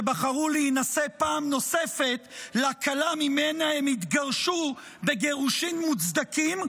שבחרו להינשא פעם נוספת לכלה שממנה הם התגרשו בגירושין מוצדקים,